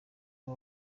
uba